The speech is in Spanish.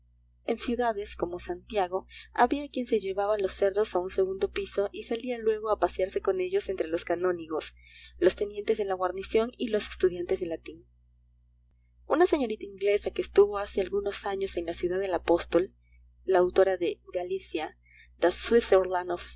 en ciudades como santiago había quien se llevaba los cerdos a un segundo piso y salía luego a pasearse con ellos entre los canónigos los tenientes de la guarnición y los estudiantes de latín una señorita inglesa que estuvo hace algunos años en la ciudad del apóstol la autora de galicia the